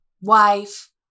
wife